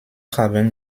haben